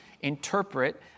interpret